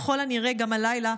וככל הנראה גם הלילה,